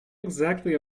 exactly